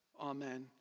Amen